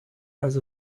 also